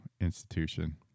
institution